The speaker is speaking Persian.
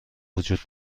وجود